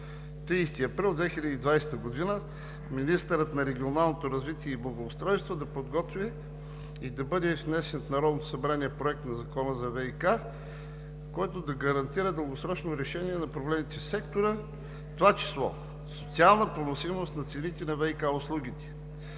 31 април 2020 г. министърът на регионалното развитие и благоустройството да подготви и да бъде внесен в Народното събрание Проект на закон за ВиК, който да гарантира дългосрочно решение на проблемите в сектора, в това число социална поносимост на цените на ВиК услугите